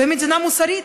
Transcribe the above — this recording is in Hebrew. מדינה מוסרית